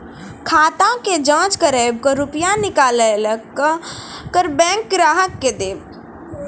खाता के जाँच करेब के रुपिया निकैलक करऽ बैंक ग्राहक के देब?